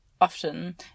often